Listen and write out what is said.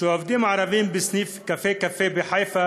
שעובדים ערבים בסניף "קפה קפה" בחיפה